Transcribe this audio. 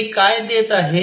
हे काय देत आहे